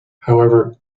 however